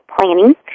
Planning